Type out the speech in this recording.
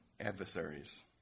adversaries